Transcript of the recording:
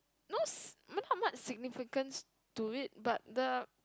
no not much significance to it but the